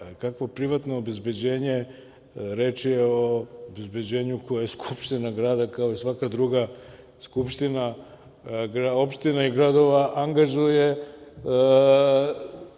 privatno obezbeđenje? Reč je o obezbeđenju koje Skupština grada, kao i svaka druga skupština opština i gradova, angažuje.